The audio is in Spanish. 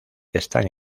están